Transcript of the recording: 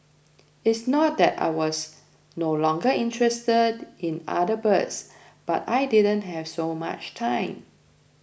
it's not that I was no longer interested in other birds but I didn't have so much time